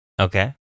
Okay